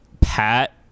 Pat